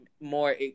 more